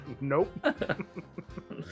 Nope